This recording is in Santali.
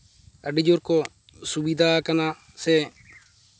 ᱟᱹᱰᱤᱡᱳᱨ ᱠᱚ ᱥᱩᱵᱤᱫᱷᱟ ᱟᱠᱟᱱᱟ ᱥᱮ